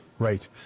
Right